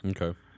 Okay